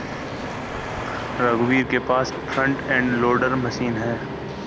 रघुवीर के पास फ्रंट एंड लोडर मशीन है